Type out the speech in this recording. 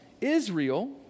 Israel